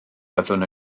byddwn